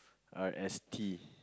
R S T